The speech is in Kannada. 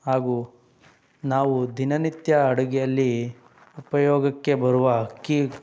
ಹಾಗೂ ನಾವು ದಿನನಿತ್ಯ ಅಡುಗೆಯಲ್ಲಿ ಉಪಯೋಗಕ್ಕೆ ಬರುವ ಅಕ್ಕಿ